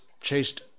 chased